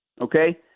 okay